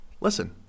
Listen